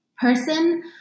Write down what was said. person